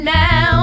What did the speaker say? now